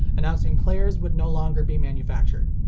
announcing players would no longer be manufactured.